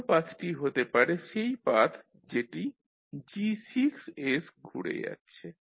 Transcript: অন্য পাথটি হতে পারে সেই পাথ যেটি G6 ঘুরে যাচ্ছে